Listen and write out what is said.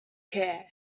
care